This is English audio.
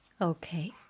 Okay